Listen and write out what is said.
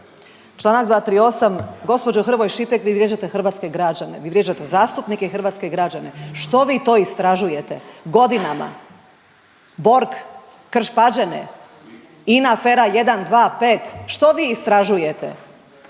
Čl. 238, gđo Hrvoj Šipek, vi vrijeđate hrvatske građane, vi vrijeđate zastupnike i hrvatske građane. Što vi to istražujete godinama? Borg, Krš Pađene, INA afera 1, 2, 5? Što vi istražujete?